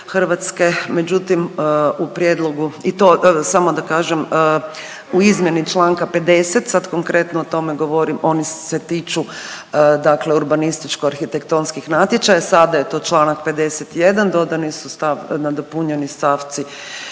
Hrvatske međutim u prijedlogu i to samo da kažem u izmjeni čl. 50. sad konkretno o tome govorim oni se tiču urbanističko-arhitektonskih natječaja, sada je to čl. 51. dodani su nadopunjeni stavci